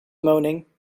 moaning